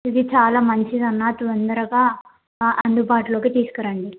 ఇది చాలా మంచిది అన్నా తొందరగా అందుబాటులోకి తీసుకురండి